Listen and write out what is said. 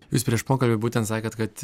jūs prieš pokalbį būtent sakėt kad